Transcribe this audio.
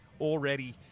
Already